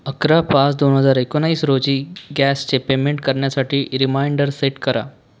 अकरा पाच दोन हजार एकोणवीस रोजी गॅसचे पेमेंट करण्यासाठी रिमाइंडर सेट करा